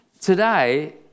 today